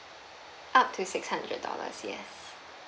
up to six hundred dollars yes